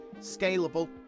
scalable